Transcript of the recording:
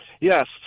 Yes